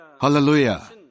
Hallelujah